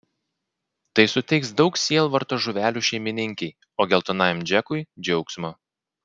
tai suteiks daug sielvarto žuvelių šeimininkei o geltonajam džekui džiaugsmo